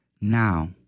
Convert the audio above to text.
Now